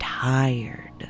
Tired